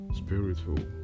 spiritual